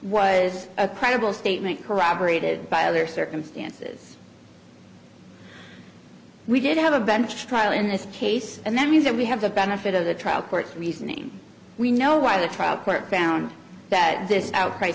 was a credible statement corroborated by other circumstances we did have a bench trial in this case and that means that we have the benefit of the trial court's reasoning we know why the trial court found that this outcry